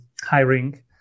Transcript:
hiring